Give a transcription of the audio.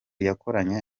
yakoranye